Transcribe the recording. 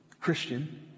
Christian